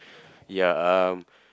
ya uh